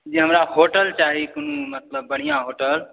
जी हमरा होटल चाही मतलब बढ़िऑं होटल